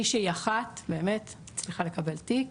מישהי אחת באמת הצליחה לקבל תיק